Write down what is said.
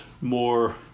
more